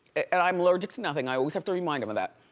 and i'm allergic to nothing. i always have to remind him of that.